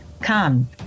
Come